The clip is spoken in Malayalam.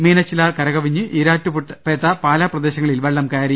മീനച്ചിലാർ കരകവിഞ്ഞ് ഈരാറ്റുപേട്ട പാലാ പ്രദേശങ്ങളിൽ വെ ള്ളം കയറി